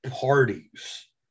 parties